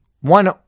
one